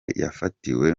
yafatiwe